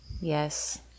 Yes